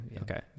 okay